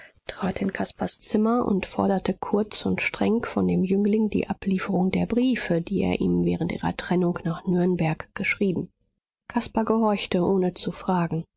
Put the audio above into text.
trat in caspars zimmer und forderte kurz und streng von dem jüngling die ablieferung der briefe die er ihm während ihrer trennung nach nürnberg geschrieben caspar gehorchte ohne zu fragen